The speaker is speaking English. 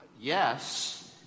yes